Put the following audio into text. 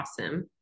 awesome